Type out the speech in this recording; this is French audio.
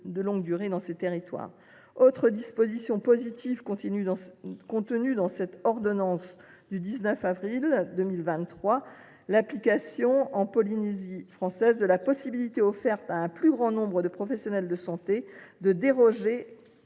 Autre disposition positive contenue dans l’ordonnance du 19 avril 2023 : l’application à la Polynésie française de la possibilité offerte à un plus grand nombre de professionnels de santé de déroger